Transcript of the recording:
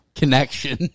connection